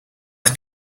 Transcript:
the